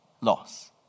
loss